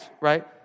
right